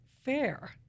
fair